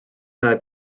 nädal